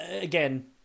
Again